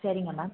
சரிங்க மேம்